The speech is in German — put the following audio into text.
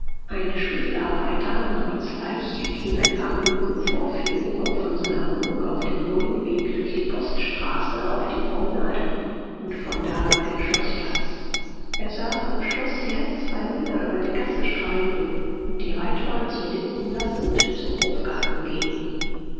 ein spiegelarbeiter namens leich ging ein paar minuten vor vier uhr von seiner wohnung auf dem neuen weg durch die poststraße auf die promenade und von da über den schloßplatz er sah vom schloß her zwei männer über die gasse schreiten und die reitbahn zur linken lassend zum hofgarten gehen